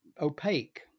opaque